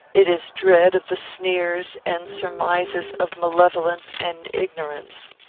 it is dread of the sneers and surmises of malevolence and ignorance.